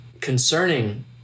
concerning